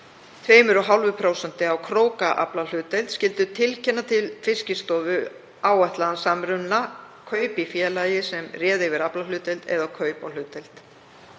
2,5% af krókaaflahlutdeild skyldu tilkynna til Fiskistofu áætlaðan samruna, kaup í félagi sem réði yfir aflahlutdeild eða kaup á hlutdeild.